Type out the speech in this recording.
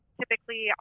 typically